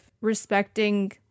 respecting